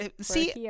See